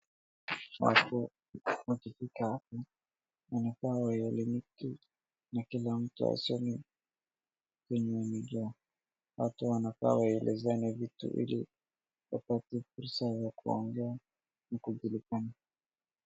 Watu wakifika hapa, wanafaa waelimike na kila mtu aseme kenye anajua, watu wanafaa waelezane vitu vile wapate fursa ya kuongea na kujulikana.